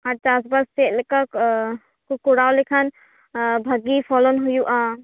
ᱟᱨ ᱪᱟᱥ ᱵᱟᱥ ᱪᱮᱫᱞᱮᱠᱟ ᱠᱚ ᱠᱚᱨᱟᱣ ᱞᱮᱠᱷᱟᱱ ᱵᱷᱟᱜᱮ ᱯᱷᱚᱞᱚᱱ ᱦᱩᱭᱩᱜᱼᱟ